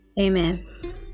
Amen